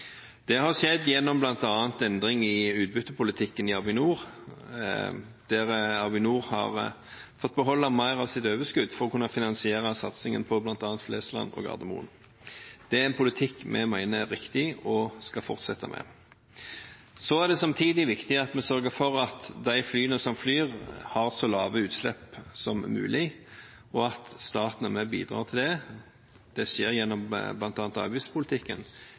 Det har skjedd gjennom bl.a. endring i utbyttepolitikken i Avinor, der Avinor har fått beholde mer av sitt overskudd for å kunne finansiere satsingen på bl.a. Flesland og Gardermoen. Det er en politikk vi mener er riktig, og som vi skal fortsette med. Samtidig er det viktig at vi sørger for at de flyene som flyr, har så lave utslipp som mulig, og at staten er med på å bidra til det. Det skjer gjennom bl.a. avgiftspolitikken,